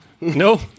No